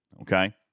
Okay